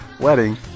wedding